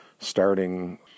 starting